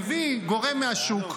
מביא גורם מהשוק,